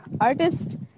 artist